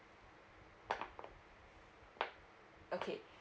okay